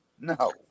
No